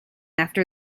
after